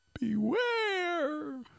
Beware